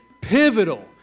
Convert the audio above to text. pivotal